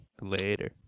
Later